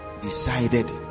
decided